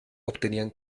obtenían